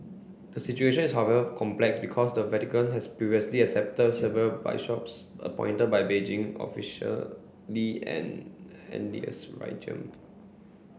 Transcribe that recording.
the situation is however complex because the Vatican has previously accepted several bishops appointed by Beijing officially an